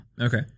Okay